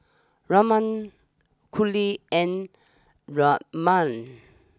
Raman Gauri and Ramnath